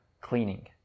cleaning